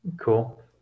Cool